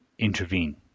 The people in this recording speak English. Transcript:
Intervene